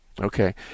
Okay